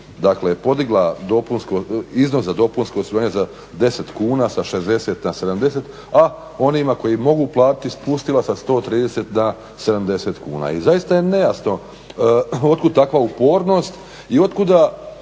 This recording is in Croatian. dakle podigla dopunsko, iznos za dopunsko osiguranje za 10 kuna, sa 60 na 70, a onima koji mogu platiti spustila sa 130 na 70 kuna. I zaista je nejasno od kud takva upornost i od kuda